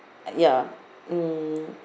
ya mm